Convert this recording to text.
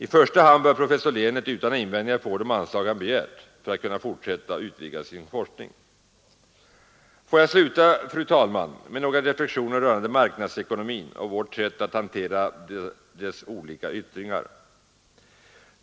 I första hand bör professor Lehnert utan invändningar få de anslag han begärt för att kunna fortsätta och utvidga sin forskning. Får jag sluta, fru talman, med några reflexioner rörande marknadsekonomin och vårt sätt att hantera dess olika yttringar.